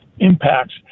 impacts